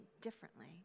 differently